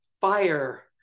fire